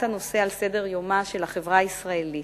הנושא על סדר-יומה של החברה הישראלית.